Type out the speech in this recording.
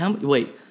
wait